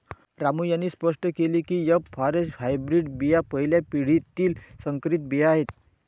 रामू यांनी स्पष्ट केले की एफ फॉरेस्ट हायब्रीड बिया पहिल्या पिढीतील संकरित बिया आहेत